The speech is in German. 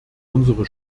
unsere